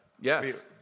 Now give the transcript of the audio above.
Yes